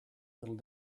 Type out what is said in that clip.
little